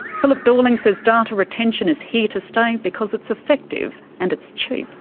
philip dorling says data retention is here to stay because it's effective and it's cheap.